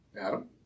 Adam